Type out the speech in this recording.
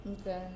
Okay